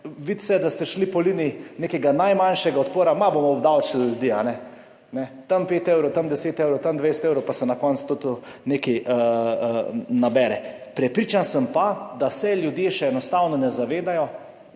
vidi se, da ste šli po liniji nekega najmanjšega odpora, malo bomo obdavčili ljudi, a ne, tam 5 evrov, tam 10 evrov, tam 20 evrov, pa se na koncu tudi nekaj nabere. Prepričan sem pa, da se ljudje še enostavno ne zavedajo,